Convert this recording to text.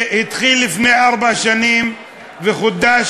שהתחיל לפני ארבע שנים וחודש,